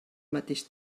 mateix